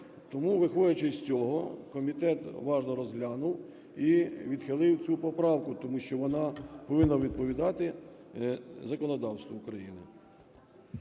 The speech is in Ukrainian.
Тому, виходячи з цього, комітет уважно розглянув і відхилив цю поправку, тому що вона повинна відповідати законодавству України.